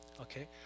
okay